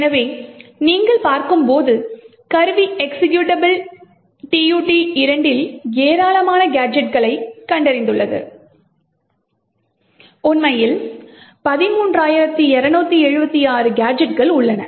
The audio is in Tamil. எனவே நீங்கள் பார்க்கும்போது கருவி எக்சிகியூட்டபிள் tut2 இல் ஏராளமான கேஜெட்களைக் கண்டறிந்துள்ளது உண்மையில் 13276 கேஜெட்கள் உள்ளன